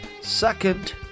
second